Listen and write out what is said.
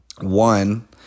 One